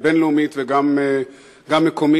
בין-לאומית וגם מקומית,